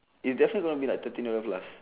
is definitely going to be like thirteen dollar plus